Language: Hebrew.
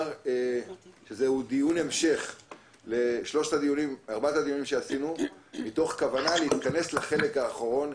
זהו דיון המשך לארבע הדיונים שקיימנו מתוך כוונה להתכנס לחלק האחרון,